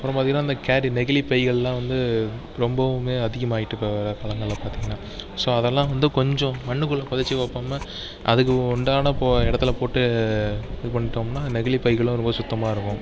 அப்புறம் பார்த்திங்கன்னா இந்த கேரி நெகிழி பைகள்லாம் வந்து ரொம்பவுமே அதிகமாயிட்டு இப்போ வர பார்த்திங்கன்னா ஸோ அதெல்லாம் வந்து கொஞ்சம் மண்ணுக்குள்ளே புதச்சி வைப்பமா அதுக்கு உண்டான ப இடத்துல போட்டு இது பண்ணிட்டோம்னா நெகிழி பைகளும் ரொம்ப சுத்தமாக இருக்கும்